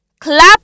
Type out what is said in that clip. clap